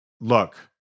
look